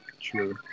True